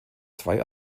zwei